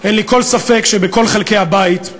אין לי כל ספק שבכל חלקי הבית,